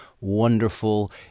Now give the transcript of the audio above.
wonderful